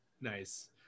Nice